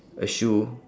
a shoe